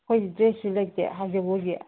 ꯑꯩꯈꯣꯏꯗꯤ ꯗ꯭ꯔꯦꯁꯁꯨ ꯂꯩꯇꯦ ꯍꯥꯎ ꯖꯒꯣꯏꯒꯤ